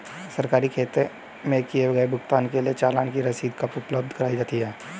सरकारी खाते में किए गए भुगतान के लिए चालान की रसीद कब उपलब्ध कराईं जाती हैं?